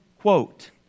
quote